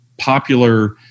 popular